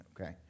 Okay